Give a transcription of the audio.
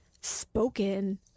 spoken